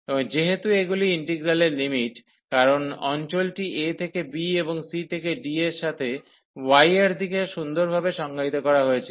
এবং যেহেতু এগুলি ইন্টিগ্রালের লিমিট কারণ অঞ্চলটি a থেকে b এবং c থেকে d এর সাথে y এর দিকের সুন্দরভাবে সংজ্ঞায়িত করা হয়েছিল